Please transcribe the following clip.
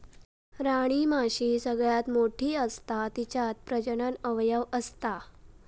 राणीमाशी सगळ्यात मोठी असता तिच्यात प्रजनन अवयव असता